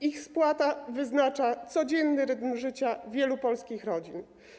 Ich spłata wyznacza codzienny rytm życia wielu polskich rodzin.